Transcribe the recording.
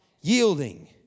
yielding